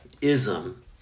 ism